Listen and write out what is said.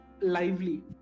lively